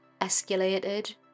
escalated